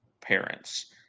parents